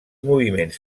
moviments